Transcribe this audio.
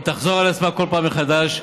היא תחזור כל פעם מחדש.